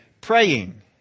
Praying